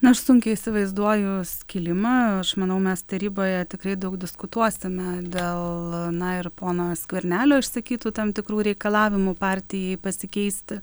na aš sunkiai įsivaizduoju skilimą aš manau mes taryboje tikrai daug diskutuosime dėl na ir pono skvernelio išsakytų tam tikrų reikalavimų partijai pasikeisti